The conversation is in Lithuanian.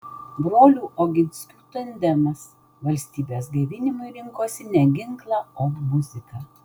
brolių oginskių tandemas valstybės gaivinimui rinkosi ne ginklą o muziką